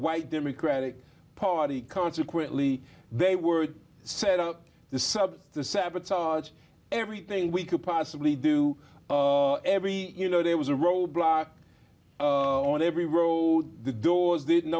white democratic party consequently they were set up the suburbs to sabotage everything we could possibly do every you know there was a road block on every road the doors didn't